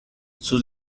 sus